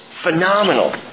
phenomenal